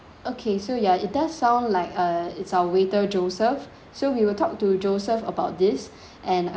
okay so ya it does sound like uh it's our waiter joseph so we will talk to joseph about this and